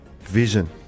vision